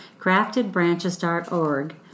craftedbranches.org